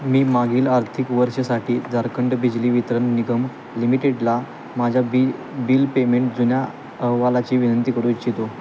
मी मागील आर्थिक वर्षासाठी झारखंड बिजली वितरण निगम लिमिटेडला माझ्या बी बिल पेमेंट जुन्या अहवालाची विनंती करू इच्छितो